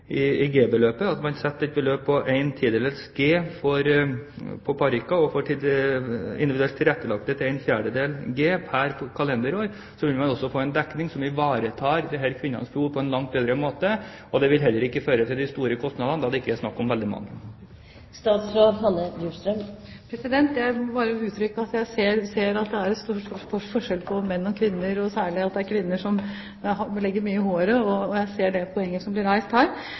at man setter et beløp på 1/10> G på parykker og for individuelt tilrettelagte parykker til ¼ G pr. kalenderår? Slik vil man også få en dekning som ivaretar kvinnenes behov på en langt bedre måte, og det vil heller ikke føre til de store kostnadene, da det ikke er snakk om veldig mange. Jeg må bare gi uttrykk for at jeg ser at det er stor forskjell på menn og kvinner, og særlig er det kvinner som legger stor vekt på håret – jeg ser det poenget som blir nevnt her.